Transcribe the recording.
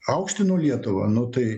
aukštino lietuvą nu tai